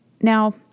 Now